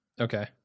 Okay